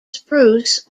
spruce